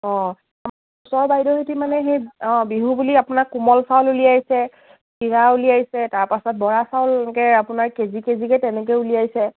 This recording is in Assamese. অঁ ছাৰ বাইদেউহঁতে মানে সেই অঁ বিহু বুলি আপোনাৰ কোমল চাউল উলিয়াইছে চিৰা উলিয়াইছে তাৰপাছত বৰা চাউল এনেকে আপোনাৰ কেজি কেজিকে তেনেকে উলিয়াইছে